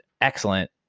excellent